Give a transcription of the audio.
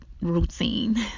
routine